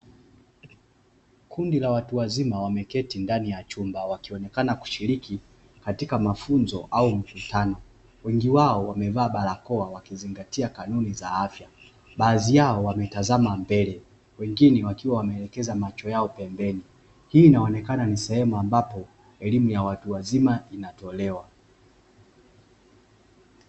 Kundi la watu wazima wameketi ndani ya chumba wakionekana kushiriki katika mafunzo au mkutano, wengi wao wamevaa barakoa wakizingatia kanuni za afya, baadhi yao wametazama mbele wengine wakiwa wameelekeza macho yao pembeni, hii inaonekana ni sehemu ambapo elimu ya watu wazima inatolewa.